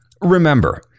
Remember